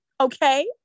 Okay